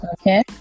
okay